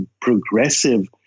progressive